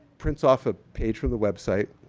prints off a page from the website.